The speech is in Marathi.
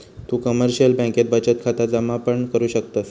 तु कमर्शिअल बँकेत बचत खाता जमा पण करु शकतस